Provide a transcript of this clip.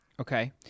Okay